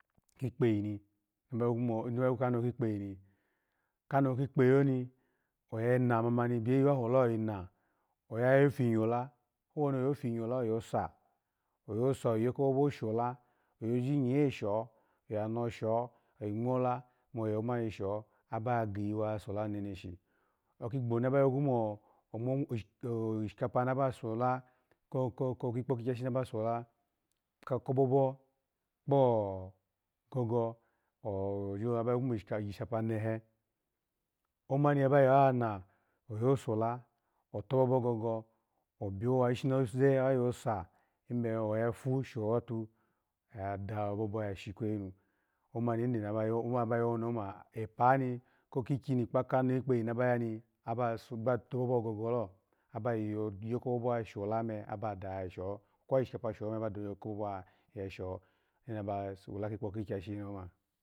Kikpeyi ni, kano kikpeyi ni oya namama ni biyi wa hola, ya na, oya yo finyi ola, owoni oyofinyi ola, oyosa, oyosa oyi yokobobo sholo, ojoji nye sho, oya no sho oyi ngmola me oyo mani sho aba giyiwa yasola neneshi, oki gbo naba yogwu mo ongmo ah ishikapa naba sala ko ko ko kikpokagyashi naba sala, kobobo kpogago, kogo ojilo naba yo gwo mishikapa nihe, omani abayana oyo sola, otobobo gogo, obiyo wa ishi noge ayo sa, ebe oya fushowatu oya dobobo ya shjikweyinu, omani oyede na bayo nioma, epa ni kokikini kpa kano kpeyi na ba ya ni, aba toboo gogolo, aba yi yokobobo ya shola me aba da yasho, kwa yishikapa sho ma aba diyokobobo ya she, yede na ba sola kikpokagyashi ni oma.